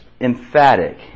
emphatic